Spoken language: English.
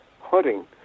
hunting